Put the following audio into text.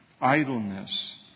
Idleness